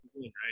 right